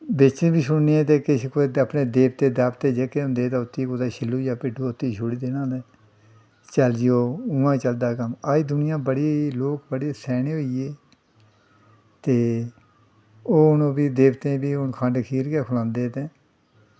बेची बी छोड़नियां ते किश देवते दावते जेह्के होंदे हे ते उत्त छिल्लू जां भिड्डू उत्त गी छोड़ी देना ते चल जी उ'आं चलदा दा कम्म अज्ज दुनियां बड़ी लोग बड़े स्यानें होई गे ते ओह् हून देवतें गी बी खंड खीर गै खलांदे ते